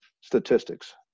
statistics